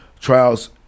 trials